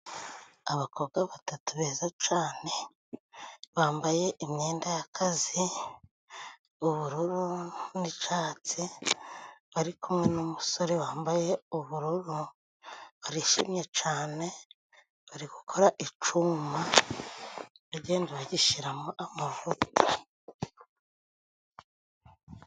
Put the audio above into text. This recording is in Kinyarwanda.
Abakobwa batatu beza cane bambaye imyenda y'akazi ubururu n'icatsi. Bari kumwe n'umusore wambaye ubururu barishimye cane, bari gukora icuma bagenda bagishiramo amavuta.